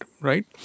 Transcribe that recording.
right